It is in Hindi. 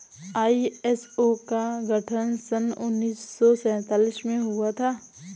आई.एस.ओ का गठन सन उन्नीस सौ सैंतालीस में हुआ था